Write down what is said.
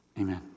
Amen